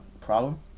problem